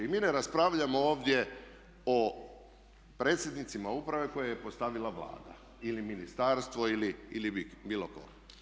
I mi ne raspravljamo ovdje o predsjednicima uprave koje je postavila Vlada ili ministarstvo ili bilo tko.